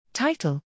Title